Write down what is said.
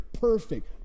perfect